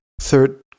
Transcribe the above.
third